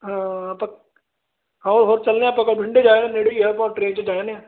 ਹਾਂ ਪਕ ਹਾਂ ਉਹ ਚਲਦੇ ਆਪਾਂ ਕ ਬਠਿੰਡੇ ਹੀ ਜਾ ਆਉਣਾ ਨੇੜੇ ਹੀ ਹੈ ਟਰੇਨ 'ਚ ਜਾ ਆਨੇ ਹਾਂ